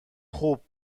خوب